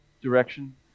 direction